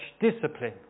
discipline